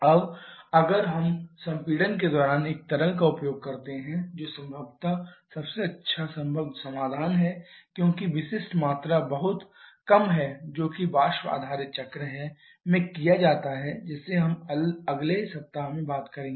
अब अगर हम संपीड़न के दौरान एक तरल का उपयोग कर रहे हैं जो संभवत सबसे अच्छा संभव समाधान है क्योंकि विशिष्ट मात्रा बहुत कम है जो कि वाष्प आधारित चक्र में किया जाता है जिसे हम अगले सप्ताह में बात करेंगे